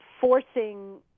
forcing